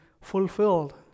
fulfilled